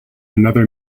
another